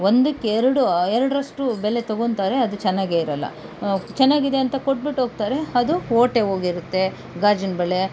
ಒಂದಕ್ಕೆ ಎರಡು ಎರಡರಷ್ಟು ಬೆಲೆ ತೊಗೋತಾರೆ ಅದು ಚೆನ್ನಾಗೇ ಇರೋಲ್ಲ ಚೆನ್ನಾಗಿದೆ ಅಂತ ಕೊಟ್ಬಿಟ್ಟು ಹೋಗ್ತಾರೆ ಅದು ಓಟೆ ಹೋಗಿರುತ್ತೆ ಗಾಜಿನ ಬಳೆ